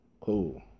Cool